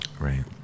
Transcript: Right